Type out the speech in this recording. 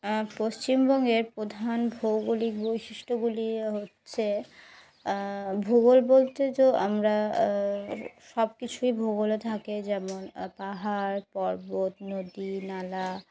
পশ্চিমবঙ্গের প্রধান ভৌগোলিক বৈশিষ্ট্যগুলি হচ্ছে ভূগোল বলতে যে আমরা সব কিছুই ভূগোলেও থাকে যেমন পাহাড় পর্বত নদী নালা